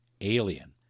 alien